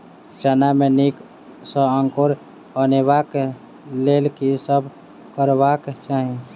चना मे नीक सँ अंकुर अनेबाक लेल की सब करबाक चाहि?